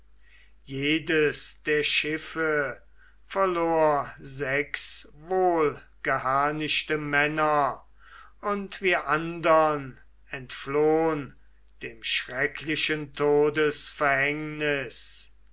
jedes der schiffe verlor sechs wohlgeharnischte männer und wir andern entflohn dem schrecklichen todesverhängnis